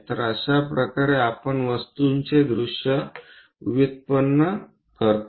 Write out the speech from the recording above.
तर अशा प्रकारे आपण वस्तूची दृश्ये व्युत्पन्न करतो